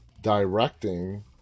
directing